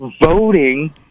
voting